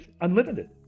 unlimited